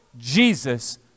Jesus